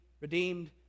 redeemed